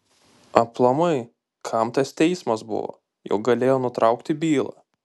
aplamai kam tas teismas buvo juk galėjo nutraukti bylą